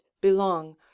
belong